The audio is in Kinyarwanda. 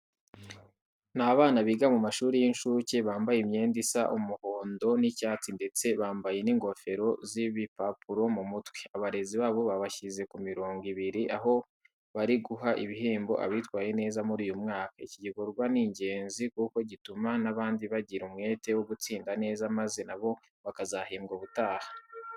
Ni abana biga mu mashuri y'inshuke, bambaye imyenda isa umuhondo n'icyatsi ndetse bambaye n'ingofero z'ibipapuro mu mutwe. Abarezi babo babashyize ku mirongo ibiri, aho bari guha ibihembo abitwaye neza muri uyu mwaka. Iki gikorwa ni ingenzi kuko gituma n'abandi bagira umuhate wo gutsinda neza maze na bo bakazahembwa ubutaha.